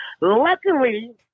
Luckily